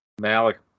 Malik